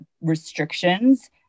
restrictions